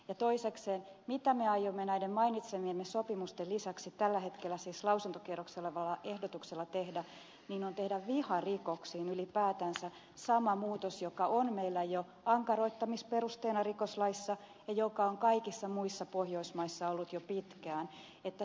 ja toisekseen mitä me aiomme näiden mainitsemiemme sopimusten lisäksi tällä hetkellä siis lausuntokierroksella olevalla ehdotuksella tehdä on tehdä viharikoksiin ylipäätänsä sama muutos joka on meillä jo ankaroittamisperusteena rikoslaissa ja joka on kaikissa muissa pohjoismaissa ollut jo pitkään